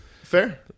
Fair